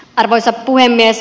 arvoisa puhemies